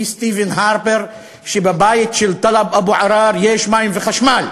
סטיבן הרפר שבבית של טלב אבו עראר יש מים וחשמל"